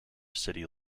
city